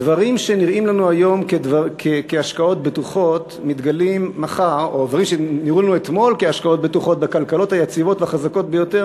דברים שנראו לנו אתמול כהשקעות בטוחות בכלכלות היציבות והחזקות ביותר,